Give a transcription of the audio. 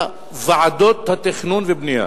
ועדות התכנון והבנייה.